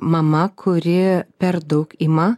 mama kurie per daug ima